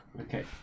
Okay